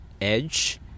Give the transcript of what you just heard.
edge